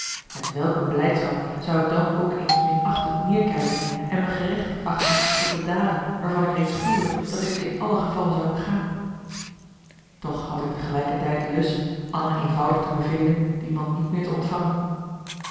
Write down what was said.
met welk een blijdschap zou ik dan ook eens minachtend neerkijken en me gerechtigd achten tot de daden waarvan ik reeds voelde dat ik ze in alle gevalle zou begaan toch had ik tegelijkertijd lust anna eenvoudig te bevelen die man niet meer te ontvangen